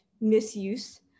misuse